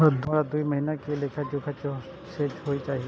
हमरा दूय महीना के लेखा जोखा सेहो चाही